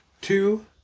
two